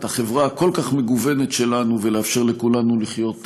החברה הכל-כך מגוונת שלנו ולאפשר לכולנו לחיות ביחד,